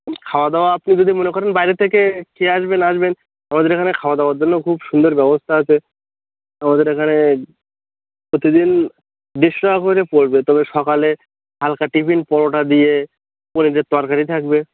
ওই খাওয়া দাওয়া আপনি যদি মনে করেন বাইরে থেকে খেয়ে আসবেন আসবেন আমাদের এখানে খাওয়া দাওয়ার জন্য খুব সুন্দর ব্যবস্থা আছে আমাদের এখানে প্রতিদিন দেড়শো টাকা করে পড়বে তবে সকালে হালকা টিফিন পরোটা দিয়ে পনিরের তরকারি থাকবে